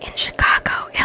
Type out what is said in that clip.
chicago, yeah